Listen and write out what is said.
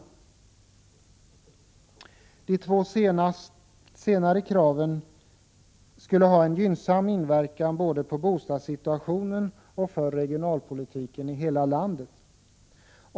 Ett tillmötesgående av de två senare kraven skulle ha en gynnsam inverkan både på bostadssituationen och för regionalpolitiken i hela landet.